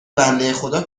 بندهخدا